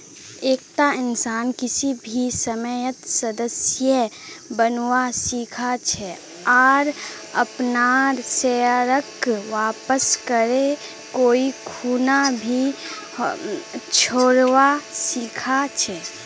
एकता इंसान किसी भी समयेत सदस्य बनवा सीखा छे आर अपनार शेयरक वापस करे कोई खूना भी छोरवा सीखा छै